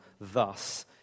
Thus